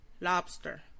Lobster